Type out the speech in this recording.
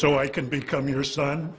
so i can become your son